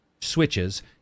switches